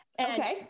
Okay